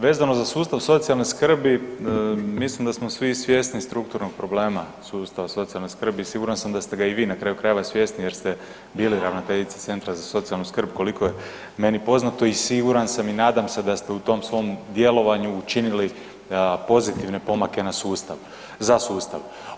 Vezano za sustav socijalne skrbi, mislim da smo svi svjesni strukturnog problema sustava socijalne skrbi, siguran sam da ste ga i vi na kraju krajeva svjesni jer ste bili ravnateljica CZSS-a koliko je meni poznato i siguran sam i nadam se da ste u tom svom djelovanju učinili pozitivne pomake za sustav.